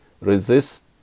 resist